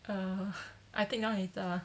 err I take down later ah